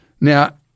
Now